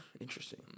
interesting